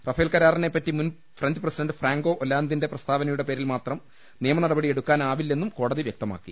Rafale കരാറിനെപറ്റി മുൻ French president Francois ഒലാന്തിന്റെ പ്രസ്താവനയുടെ പേരിൽമാത്രം നിയമനടപടി എടുക്കാനാ വില്ലെന്നും കോടതി വ്യക്തമാക്കി